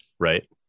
Right